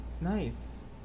Nice